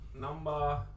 Number